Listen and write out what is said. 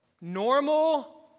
normal